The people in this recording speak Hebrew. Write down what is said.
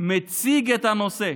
מציג את הנושא,